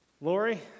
Lori